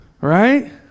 right